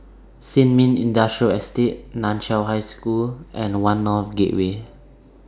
Sin Ming Industrial Estate NAN Chiau High School and one North Gateway